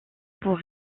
pour